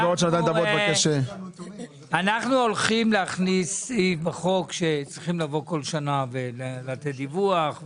-- אנחנו הולכים להכניס סעיף בחוק שצריך לבוא כל שנה ולתת דיווח,